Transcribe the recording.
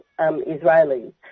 Israelis